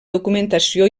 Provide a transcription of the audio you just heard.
documentació